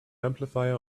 amplifier